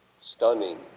stunning